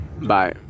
Bye